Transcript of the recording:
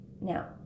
Now